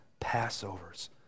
Passovers